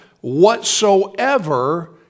whatsoever